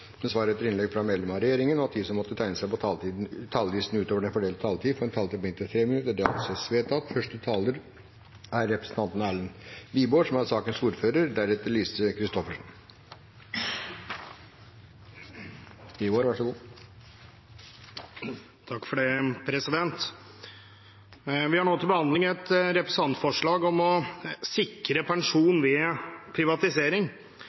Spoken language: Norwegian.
med svar etter innlegg fra medlemmer av regjeringen innenfor den fordelte taletid, og at de som måtte tegne seg på talerlisten utover den fordelte taletid, får en taletid på inntil 3 minutter. – Dette anses vedtatt. Vi har nå til behandling et representantforslag om å sikre pensjon ved privatisering. Hensikten med forslaget er å sikre pensjonsrettighetene til ansatte i virksomheter som overdras fra offentlig sektor til private aktører ved